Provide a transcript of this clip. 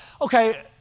okay